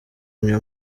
nywa